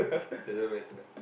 doesn't matter